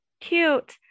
cute